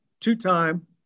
two-time